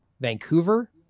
Vancouver